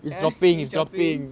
ya it's dropping